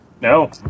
No